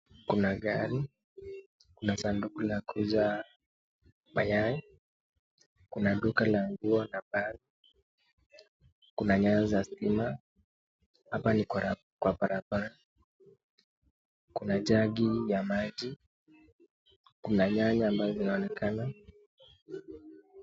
Kuna gari, kuna sanduku la kuuza mayai, kuna duka la nguo na bagi, kuna nyaya za stima. Hapa ni kwa barabara. Kuna jagi ya maji, kuna nyanya ambazo zinaonekana.